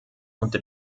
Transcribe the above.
unter